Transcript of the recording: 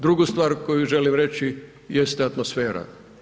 Drugu stvar koju želim reći, jeste atmosfera.